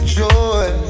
joy